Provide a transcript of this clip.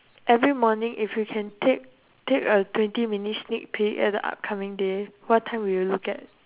every morning if you can take take a twenty minute sneak peek at the upcoming day what time will you look at